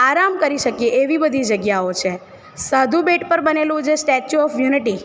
આરામ કરી શકીએ એવી બધી જગ્યાઓ છે સાધુ બેટ પર બનેલું જે સ્ટેચ્યૂ ઓફ યુનિટી